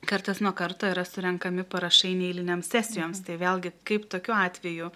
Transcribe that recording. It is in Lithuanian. kartas nuo karto yra surenkami parašai neeilinėms sesijoms tai vėlgi kaip tokiu atveju